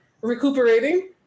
recuperating